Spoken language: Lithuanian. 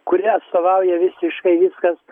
kuri atstovauja visiškai viskas